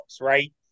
right